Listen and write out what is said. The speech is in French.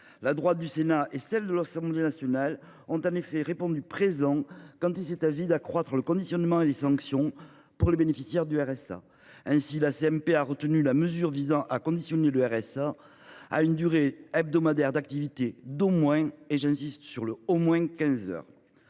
La droite du Sénat et celle de l’Assemblée nationale ont en effet répondu présent quand il s’est agi de renforcer le conditionnement et les sanctions pour les bénéficiaires du RSA. Ainsi, la commission mixte paritaire a retenu la mesure visant à conditionner le RSA à une durée hebdomadaire d’activité d’au moins au moins ! quinze heures.